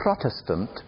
Protestant